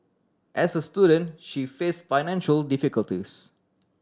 as a student she faced financial difficulties